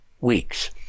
weeks